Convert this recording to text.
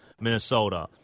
Minnesota